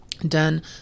done